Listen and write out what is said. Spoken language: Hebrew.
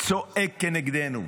וצועק נגדנו: